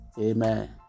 Amen